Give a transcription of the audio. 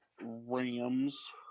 Rams